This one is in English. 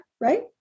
right